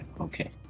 Okay